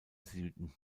süden